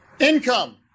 income